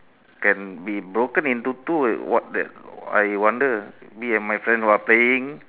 can be broken into two what the I wonder me and my friend who are playing